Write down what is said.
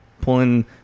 pulling